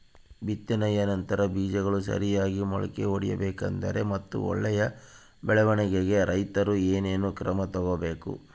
ಬಿತ್ತನೆಯ ನಂತರ ಬೇಜಗಳು ಸರಿಯಾಗಿ ಮೊಳಕೆ ಒಡಿಬೇಕಾದರೆ ಮತ್ತು ಒಳ್ಳೆಯ ಬೆಳವಣಿಗೆಗೆ ರೈತರು ಏನೇನು ಕ್ರಮ ತಗೋಬೇಕು?